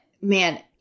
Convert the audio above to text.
Man